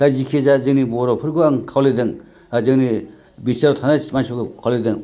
दा जिखि जाया जोंनि बर'फोरखौ आं खावलायदों जोंनि बिटिआरआव थानाय मानसिफोरखौ खावलायदों